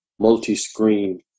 multi-screen